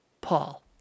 Paul